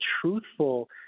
truthful